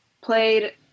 played